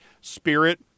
Spirit